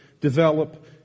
develop